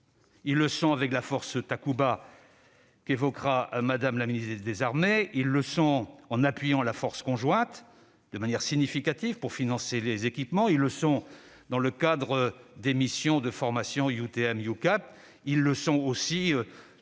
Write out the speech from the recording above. Ils le sont avec la force Takuba, qu'évoquera Mme la ministre des armées ; ils le sont en appuyant la force conjointe de manière significative pour financer les équipements ; ils le sont dans le cadre des missions de formation EUTM et EUCAP ; ils le sont aussi dans le cadre de la mobilisation